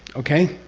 okay?